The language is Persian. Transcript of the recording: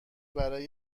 برای